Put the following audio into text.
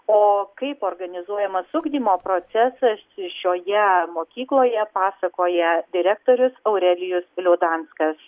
o kaip organizuojamas ugdymo procesas šioje mokykloje pasakoja direktorius aurelijus liaudanskas